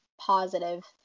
positive